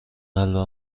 قلبم